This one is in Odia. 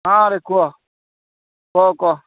ହଁରେ କୁହ କହ କହ